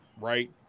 right